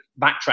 backtrack